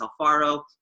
Alfaro